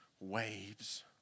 waves